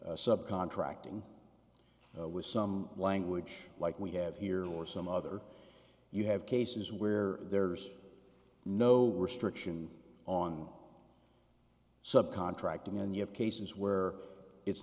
sub contracting with some language like we have here or some other you have cases where there's no restriction on sub contracting and you have cases where it's